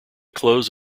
close